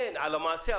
כן, על המעשה.